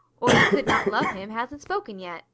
or you could not love him hasn't spoken yet